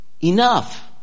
enough